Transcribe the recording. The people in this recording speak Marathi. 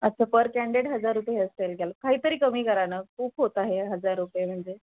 अच्छा पर कँडिडेट हजार रुपये असेल त्याला काहीतरी कमी करा ना खूप होत आहे हजार रुपये म्हणजे